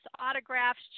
autographs